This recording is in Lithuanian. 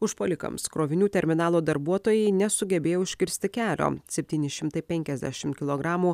užpuolikams krovinių terminalo darbuotojai nesugebėjo užkirsti kelio septyni šimtai penkiasdešimt kilogramų